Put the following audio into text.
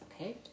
okay